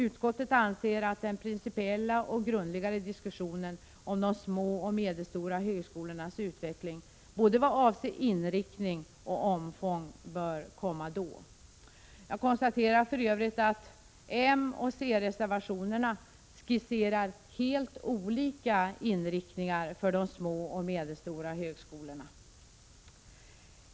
Utskottet anser att den mera principiella och mera grundliga diskussionen om de små och medelstora högskolornas utveckling vad avser både inriktning och omfång bör komma i samband med behandlingen av nästa budgetproposition. Jag konstaterar för övrigt att moch c-reservationerna skisserar helt olika inriktningar för de små och de medelstora högskolorna.